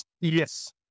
Yes